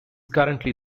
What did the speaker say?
currently